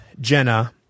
Jenna